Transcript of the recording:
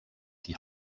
die